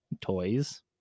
toys